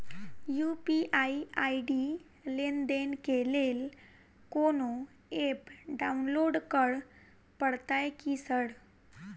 UPI ID लेनदेन केँ लेल कोनो ऐप डाउनलोड करऽ पड़तय की सर?